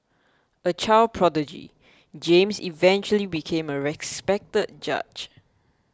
a child prodigy James eventually became a respected judge